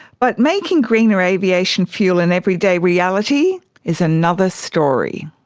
but making greener aviation fuel an everyday reality is another story.